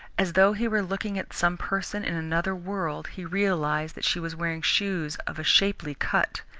as though he were looking at some person in another world, he realized that she was wearing shoes of shapely cut,